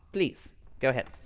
please go ahead.